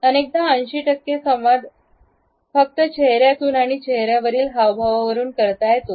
अनेकदा 80 संवाद क्त चेहर्यातून चेहऱ्यावरील हावभावावरून करता येतो